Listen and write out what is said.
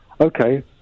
okay